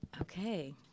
Okay